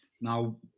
now